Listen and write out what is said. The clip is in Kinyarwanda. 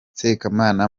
sekamana